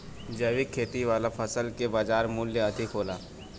जैविक खेती वाला फसल के बाजार मूल्य अधिक होला